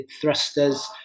thrusters